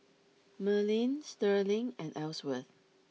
Merlin Sterling and Elsworth